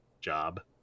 job